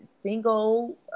single